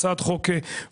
זו הצעת חוק מורכבת,